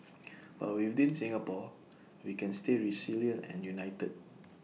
but within Singapore we can stay resilient and united